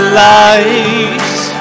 lies